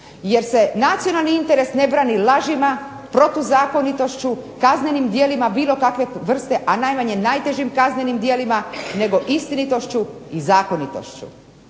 jer se nacionalni interes ne brani lažima, protuzakonitošću, kaznenim djelima bilo kakve vrste, a najmanje najtežim kaznenim djelima, nego istinitošću i zakonitošću.